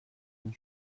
and